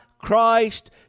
christ